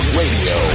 radio